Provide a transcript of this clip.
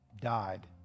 died